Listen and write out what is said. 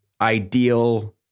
ideal